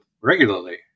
regularly